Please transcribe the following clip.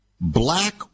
black